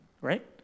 right